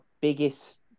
biggest